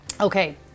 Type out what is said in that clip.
Okay